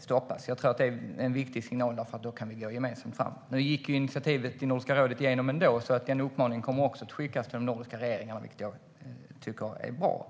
stoppas. Det är en viktig signal eftersom vi då kan gå gemensamt fram. Nu gick initiativet i Nordiska rådet igenom ändå, och en uppmaning kommer att skickas till de nordiska regeringarna - vilket jag tycker är bra.